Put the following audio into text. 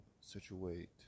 situate